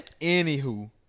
Anywho